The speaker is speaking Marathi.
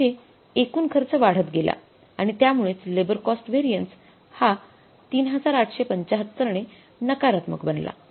येथे एकूण खर्च वाढत गेला आणि त्यामुळेच लेबर कॉस्ट व्हेरिएन्स हा ३८७५ ने नकारत्मक बनला